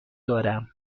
دارم